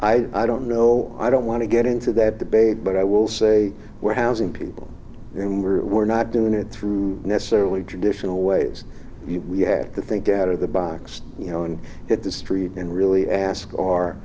no i don't know i don't want to get into that debate but i will say we're housing people and we're not doing it through necessarily traditional ways we have to think out of the box you know and hit the street and really ask o